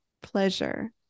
pleasure